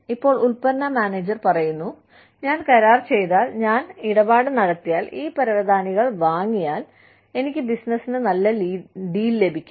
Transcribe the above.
ഇപ്പോൾ ഉൽപ്പന്ന മാനേജർ പറയുന്നു ഞാൻ കരാർ ചെയ്താൽ ഞാൻ ഇടപാട് നടത്തിയാൽ ഈ പരവതാനികൾ വാങ്ങിയാൽ എനിക്ക് ബിസിനസിന് നല്ല ഡീൽ ലഭിക്കും